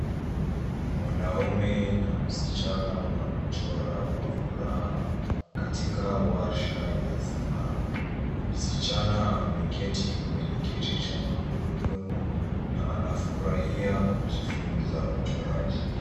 Mwanaume na msichana wanachora kwa furaha katika warsha ya sana, Msichana amaketi kwenye keti cha magurudumu na anafurahia kujifunza uchoraji.